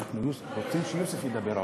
אנחנו רוצים שיוסף ידבר עוד.